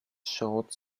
short